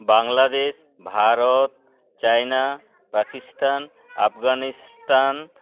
Bangladesh Bharat China Afghanistan